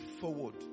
forward